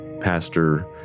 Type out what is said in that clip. Pastor